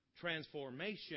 transformation